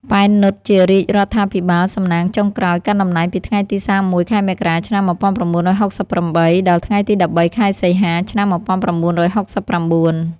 ប៉ែន នុត ជារាជរដ្ឋាភិបាលសំណាងចុងក្រោយ កាន់តំណែងពីថ្ងៃទី ៣១ ខែមករា ឆ្នាំ១៩៦៨ ដល់ថ្ងៃទី ១៣ ខែសីហា ឆ្នាំ១៩៦៩។